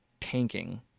tanking